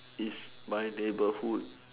is my neighborhood